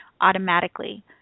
automatically